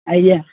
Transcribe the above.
ଆଜ୍ଞା